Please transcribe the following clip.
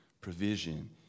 provision